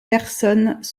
personnes